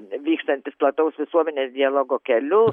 vykstantis plataus visuomenės dialogo keliu